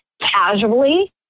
casually